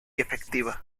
efectiva